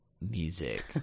music